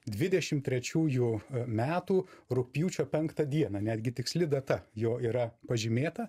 dvidešim trečiųjų metų rugpjūčio penktą dieną netgi tiksli data jo yra pažymėta